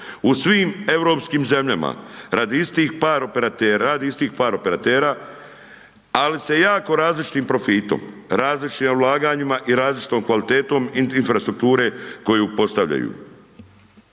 istih par operatera, radi isti par operatera ali sa jako različitim profitom, različitim ulaganjima i različitom kvalitetom infrastrukture koju postavljaju.